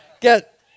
get